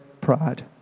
pride